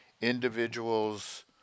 individuals